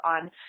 on